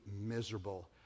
miserable